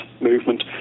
Movement